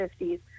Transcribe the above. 50s